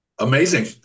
Amazing